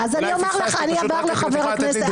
אם פשוט את יכולה רק לתת לי דוגמה,